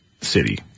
city